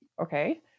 Okay